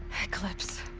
eclipse.